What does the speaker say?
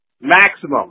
maximum